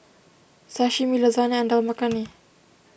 Sashimi Lasagne and Dal Makhani